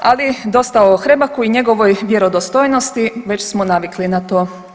Ali, dosta o Hrebaku i njegovoj vjerodostojnosti, već smo navikli na to.